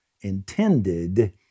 intended